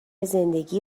زندگی